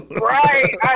Right